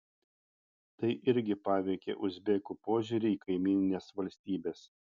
tai irgi paveikė uzbekų požiūrį į kaimynines valstybes